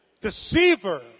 deceiver